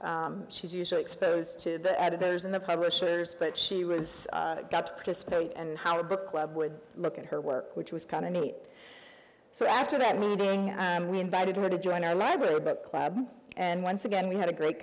craft she's usually exposed to the editors and the publishers but she was got to participate and our book club would look at her work which was kind of neat so after that meeting and we invited her to join our library but class and once again we had a great